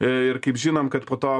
ir kaip žinom kad po to